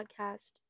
podcast